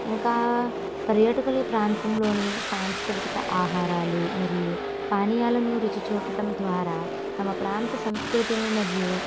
ఇంకా పర్యాటకులు ఈ ప్రాంతంలోని సాంస్కృతిక ఆహారాలు మరియు పానీయాలను రుచి చూడటం ద్వారా తమ ప్రాంత సంస్కృతిని మరియు